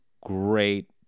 great